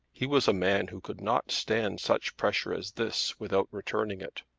he was a man who could not stand such pressure as this without returning it.